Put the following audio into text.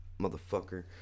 Motherfucker